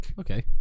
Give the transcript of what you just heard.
okay